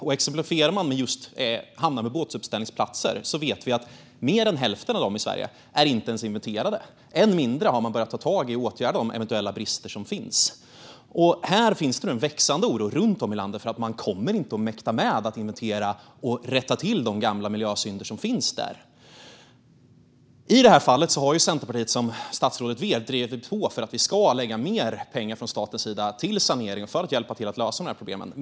När det gäller exemplen hamnar och båtuppställningsplatser vet vi att mer än hälften av dem i Sverige inte ens är inventerade. Än mindre har man börjat ta tag i och åtgärda de eventuella brister som finns. Det finns nu en växande oro runt om i landet för att man inte kommer att mäkta med att inventera och rätta till de gamla miljösynderna. I det här fallet har Centerpartiet, som statsrådet vet, drivit på för att vi ska lägga mer pengar från statens sida på sanering för att hjälpa till att lösa de här problemen.